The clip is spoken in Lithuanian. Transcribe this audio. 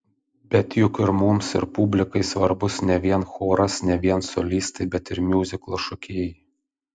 bet juk ir mums ir publikai svarbus ne vien choras ne vien solistai bet ir miuziklo šokėjai